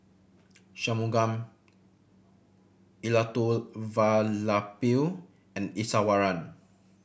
Shunmugam Elattuvalapil and Iswaran